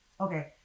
okay